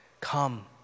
Come